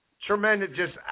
Tremendous